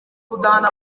kudahana